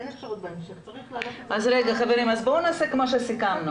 נעשה כמו שסיכמנו.